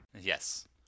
Yes